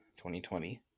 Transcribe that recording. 2020